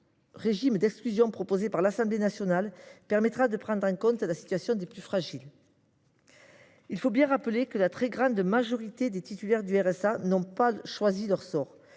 le régime de dérogations proposé par l’Assemblée nationale permettra de prendre en compte la situation des plus fragiles. Il faut bien rappeler que la très grande majorité des titulaires du RSA n’ont pas choisi leur sort.